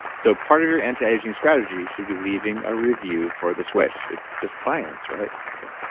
so, part of your anti-aging strategy should be leaving a review for the switch. it's just science right? okay.